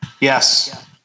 Yes